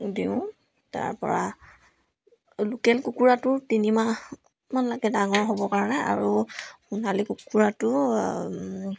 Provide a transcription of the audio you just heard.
দিওঁ তাৰ পৰা লোকেল কুকুৰাটো তিনিমাহমান লাগে ডাঙৰ হ'বৰ কাৰণে আৰু সোণালী কুকুৰাটো